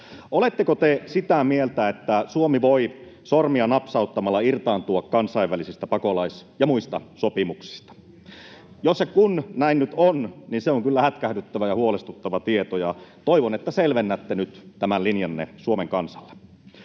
Oletteko te sitä mieltä, että Suomi voi sormia napsauttamalla irtaantua kansainvälisistä pakolais- ja muista sopimuksista? Jos ja kun näin nyt on, niin se on kyllä hätkähdyttävä ja huolestuttava tieto, ja toivon, että selvennätte nyt tämän linjanne Suomen kansalle.